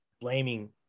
blaming